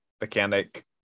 mechanic